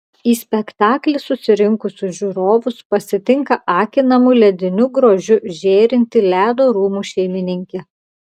į spektaklį susirinkusius žiūrovus pasitinka akinamu lediniu grožiu žėrinti ledo rūmų šeimininkė